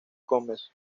gómez